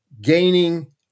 gaining